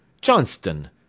Johnston